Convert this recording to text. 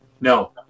No